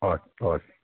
okay okay